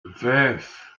vijf